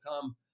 come